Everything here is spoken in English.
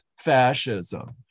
fascism